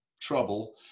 trouble